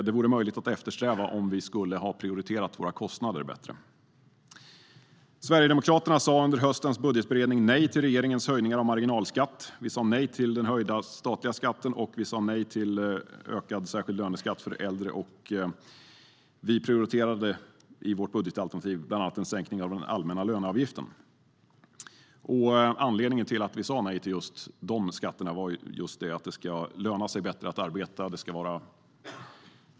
Det vore möjligt att eftersträva om vi hade prioriterat våra kostnader bättre. Sverigedemokraterna sa under höstens budgetberedning nej till regeringens höjningar av marginalskatt, vi sa nej till den höjda statliga skatten, och vi sa nej till ökad särskild löneskatt för äldre. I vårt budgetalternativ prioriterade vi bland annat en sänkning av den allmänna löneavgiften. Anledningen till att vi sa nej till just de skatterna var att det ska löna sig bättre att arbeta.